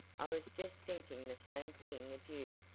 i was just thinking the same thing of you,